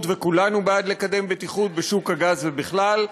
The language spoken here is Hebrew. וכולנו בעד לקדם בטיחות בשוק הגז ובכלל.